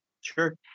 sure